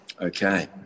okay